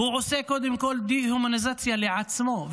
עושה קודם כל דה-הומניזציה לעצמו,